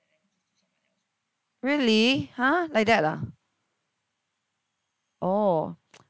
really !huh! like that ah oh